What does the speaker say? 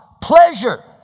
Pleasure